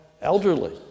elderly